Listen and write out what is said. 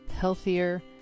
healthier